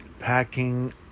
Packing